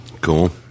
Cool